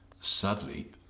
Sadly